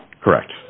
Correct